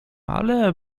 ale